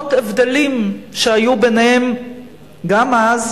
למרות הבדלים שהיו ביניהם גם אז,